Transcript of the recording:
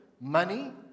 money